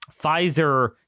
Pfizer